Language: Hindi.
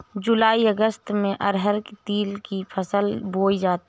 जूलाई अगस्त में अरहर तिल की फसल बोई जाती हैं